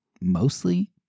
mostly